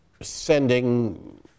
sending